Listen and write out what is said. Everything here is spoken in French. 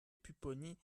pupponi